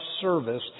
service